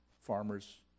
farmers